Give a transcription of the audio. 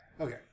Okay